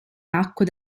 acque